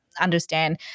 understand